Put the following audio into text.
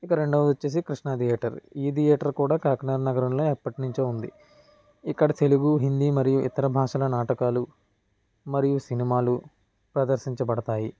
ఇక రెండోవది వచ్చేసి కృష్ణ థియేటర్ ఈ థియేటర్ కూడా కాకినాడ నగరంలో ఎప్పటినుంచో ఉంది ఇక్కడ తెలుగు హిందీ మరియు ఇతర భాషల నాటకాలు మరియు సినిమాలు ప్రదర్శించబడతాయి